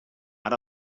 ara